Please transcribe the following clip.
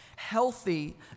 Healthy